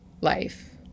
life